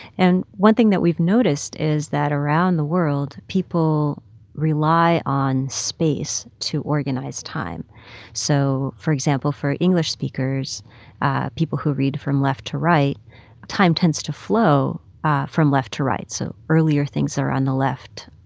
and one thing that we've noticed is that around the world, people rely on space to organize time so for example, for english speakers people who read from left to right time tends to flow from left to right. so earlier things are on the left.